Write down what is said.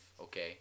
Okay